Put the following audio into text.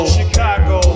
Chicago